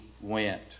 went